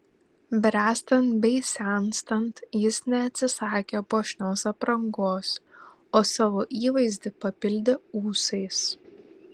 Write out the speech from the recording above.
bręstant bei senstant jis neatsisakė puošnios aprangos o savo įvaizdį papildė ūsais